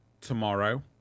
tomorrow